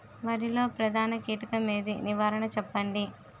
వరిలో ప్రధాన కీటకం ఏది? నివారణ చెప్పండి?